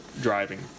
driving